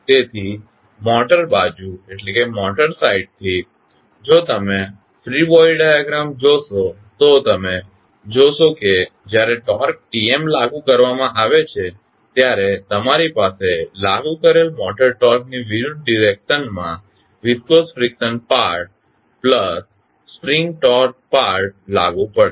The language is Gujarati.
તેથી મોટર બાજુ થી જો તમે ફ્રી બોડી ડાયાગ્રામ જોશો તો તમે જોશો કે જ્યારે ટોર્ક Tm લાગુ કરવામાં આવે છે ત્યારે તમારી પાસે લાગુ કરેલ મોટર ટોર્ક ની વિરુદ્ધ ડિરેક્શન માં વિસ્કોસ ફ્રીક્શન પાર્ટ વત્તા સ્પ્રિંગ ટોર્ક પાર્ટ લાગુ પડશે